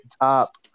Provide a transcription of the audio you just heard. top